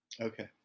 Okay